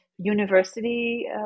University